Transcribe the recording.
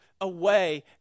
away